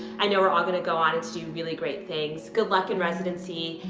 i know we're all gonna go on to do really great things. good luck in residency.